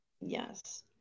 Yes